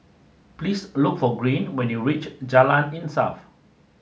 please look for Green when you reach Jalan Insaf